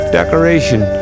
decoration